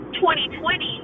2020